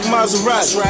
Maserati